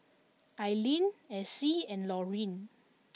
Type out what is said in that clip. Ailene Alcee and Laurene